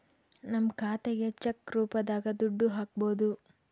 ನಮ್ ಖಾತೆಗೆ ಚೆಕ್ ರೂಪದಾಗ ದುಡ್ಡು ಹಕ್ಬೋದು